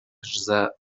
أجزاء